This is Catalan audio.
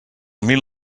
mil